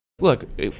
look